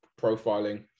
profiling